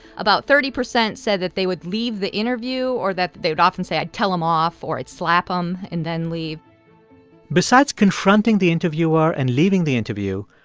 about thirty percent said that they would leave the interview or that that they'd often say, i'd tell him off or i'd slap him and then leave besides confronting the interviewer and leaving the interview,